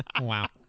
Wow